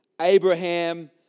Abraham